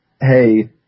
hey